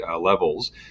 levels